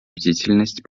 бдительность